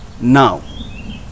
now